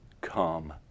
come